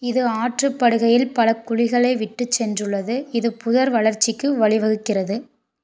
இது ஆற்றுப்படுகையில் பல குழிகளை விட்டுச் சென்றுள்ளது இது புதர் வளர்ச்சிக்கு வழிவகுக்கிறது